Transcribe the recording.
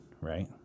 right